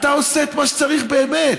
אתה עושה את מה שצריך באמת.